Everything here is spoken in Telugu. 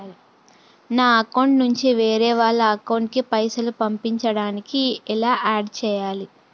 నా అకౌంట్ నుంచి వేరే వాళ్ల అకౌంట్ కి పైసలు పంపించడానికి ఎలా ఆడ్ చేయాలి?